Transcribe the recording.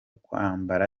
kwambara